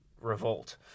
revolt